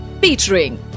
Featuring